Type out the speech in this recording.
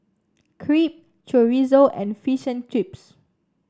Crepe Chorizo and Fish and Chips